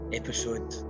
episode